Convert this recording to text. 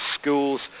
schools